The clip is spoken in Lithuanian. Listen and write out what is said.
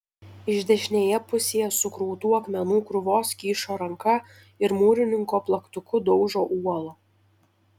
iš dešinėje pusėje sukrautų akmenų krūvos kyšo ranka ir mūrininko plaktuku daužo uolą